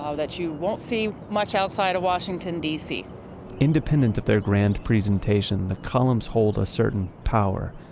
um that you won't see much outside of washington d c independent of their grand presentation, the columns hold a certain power.